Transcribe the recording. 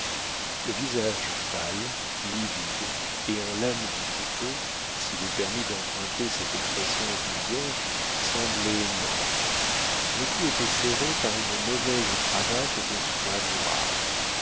le visage pâle livide et en lame de couteau s'il est permis d'emprunter cette expression vulgaire semblait mort le cou était serré par une mauvaise cravate de soie noire